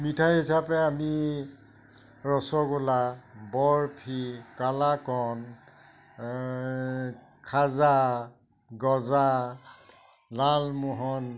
মিঠাই হিচাপে আমি ৰসগোলা বৰফি কালাকান্দ খাজা গজা লালমোহন